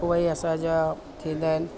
उहा ई असांजा थींदा आहिनि